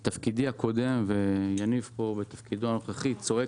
בתפקידי הקודם ויניב בתפקידו הנוכחי צועק